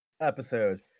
episode